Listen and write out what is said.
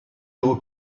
your